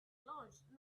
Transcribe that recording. launched